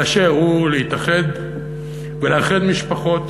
באשר הוא, להתאחד ולאחד משפחות.